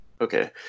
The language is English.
Okay